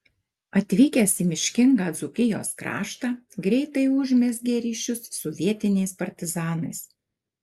atvykęs į miškingą dzūkijos kraštą greitai užmezgė ryšius su vietiniais partizanais